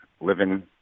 living